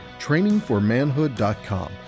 trainingformanhood.com